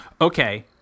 Okay